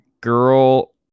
girl